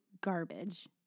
garbage